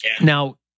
Now